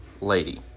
lady